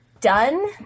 done